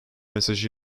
mesajı